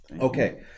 okay